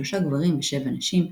שלושה גברים ושבע נשים,